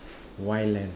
why leh